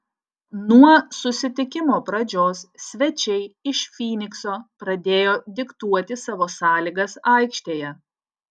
nuo susitikimo pradžios svečiai iš fynikso pradėjo diktuoti savo sąlygas aikštėje